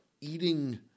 eating